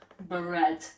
bread